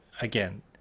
again